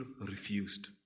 refused